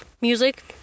music